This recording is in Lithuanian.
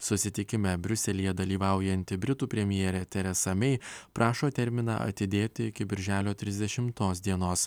susitikime briuselyje dalyvaujanti britų premjerė teresa mei prašo terminą atidėti iki birželio trisdešimtos dienos